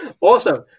awesome